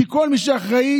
כי כל מי שאחראי,